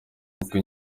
kuko